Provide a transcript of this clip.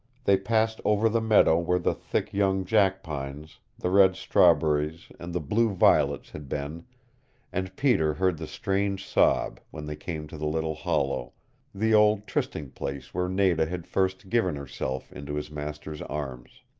they passed over the meadow where the thick young jackpines, the red strawberries and the blue violets had been and peter heard the strange sob when they came to the little hollow the old trysting place where nada had first given herself into his master's arms.